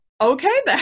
okay